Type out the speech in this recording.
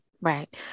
Right